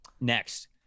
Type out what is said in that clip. next